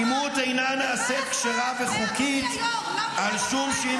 "אלימות אינה נעשית כשרה וחוקית על שום שהיא